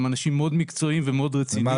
הם אנשים מאוד מקצועיים ומאוד רציניים.